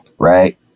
right